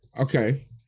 okay